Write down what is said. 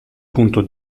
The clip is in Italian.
punto